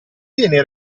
viene